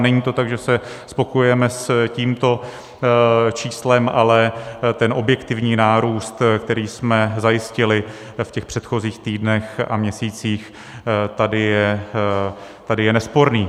Není to tak, že se spokojujeme s tímto číslem, ale ten objektivní nárůst, který jsme zajistili v těch předchozích týdnech a měsících, tady je nesporný.